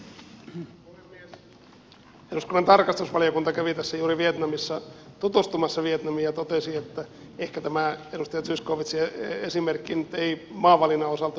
eduskunnan tarkastusvaliokunta kävi tässä juuri vietnamissa tutustumassa vietnamiin ja totesi että ehkä tämä edustaja zyskowiczin esimerkki nyt ei maavalinnan osalta ihan osunut kohdalleen